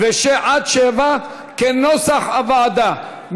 עד 7, כנוסח הוועדה.